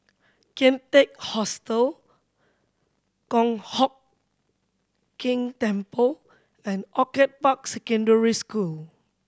Kian Teck Hostel Kong Hock King Temple and Orchid Park Secondary School